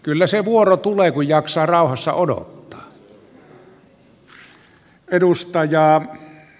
kyllä se vuoro tulee kun jaksaa rauhassa odottaa